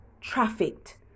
Trafficked